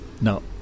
No